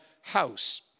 house